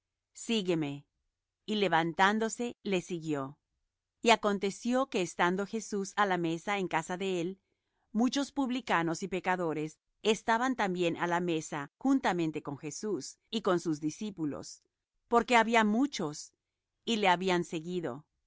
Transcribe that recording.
sígueme y levantándose le siguió y aconteció que estando jesús á la mesa en casa de él muchos publicanos y pecadores estaban también á la mesa juntamente con jesús y con sus discípulos porque había muchos y le habían seguido